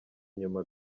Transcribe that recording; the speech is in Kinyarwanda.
inyuma